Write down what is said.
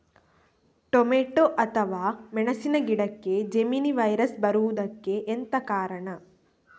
Tomato ಅಥವಾ ಮೆಣಸಿನ ಗಿಡಕ್ಕೆ ಜೆಮಿನಿ ವೈರಸ್ ಬರುವುದಕ್ಕೆ ಎಂತ ಕಾರಣ?